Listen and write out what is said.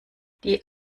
die